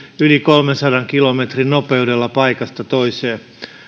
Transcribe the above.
yli kolmensadan kilometrin nopeudella paikasta toiseen